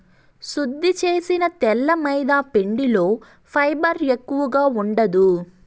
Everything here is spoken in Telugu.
శుద్ది చేసిన తెల్ల మైదాపిండిలో ఫైబర్ ఎక్కువగా ఉండదు